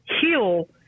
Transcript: heal